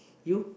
you